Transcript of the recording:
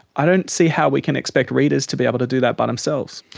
i don't see how we can expect readers to be able to do that by themselves.